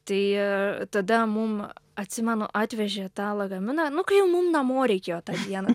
tai tada mum atsimenu atvežė tą lagaminą nu kai jau mum namo reikėjo tą dieną